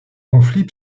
conflit